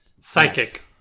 Psychic